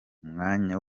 umwanya